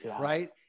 right